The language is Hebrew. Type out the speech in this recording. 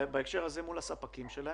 בהקשר הזה מול הספקים שלהם,